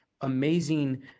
amazing